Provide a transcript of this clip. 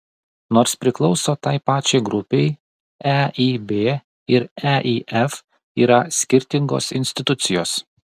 nors priklauso tai pačiai grupei eib ir eif yra skirtingos institucijos